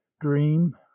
dream